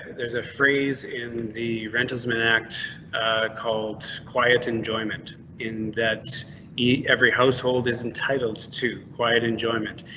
there's a phrase in the rental smacked called quiet enjoyment in that yeah every household is entitled to quiet enjoyment.